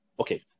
Okay